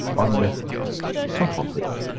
on the top of it,